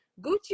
Gucci